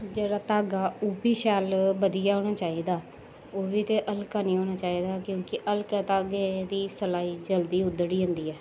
जेह्ड़ा धागा ओह् बी शैल बधिया होना चाहिदा ओह् बी ते हल्का नेईं होना चाहिदा क्योंकि हल्का घागै दी सलाई जल्दी उदड्ढी जंदी ऐ